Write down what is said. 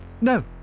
No